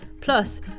plus